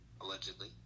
allegedly